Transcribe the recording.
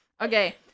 Okay